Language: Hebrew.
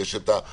יש את אילת.